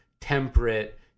temperate